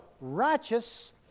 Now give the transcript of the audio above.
righteous